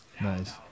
Nice